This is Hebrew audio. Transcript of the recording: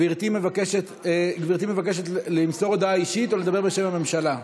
גברתי מבקשת למסור הודעה אישית או לדבר בשם הממשלה?